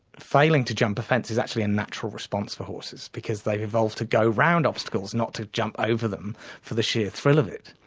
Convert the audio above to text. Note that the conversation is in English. failing to jump a fence is actually a natural response for horses because they have evolved to go around obstacles, not to jump over them for the sheer thrill of it.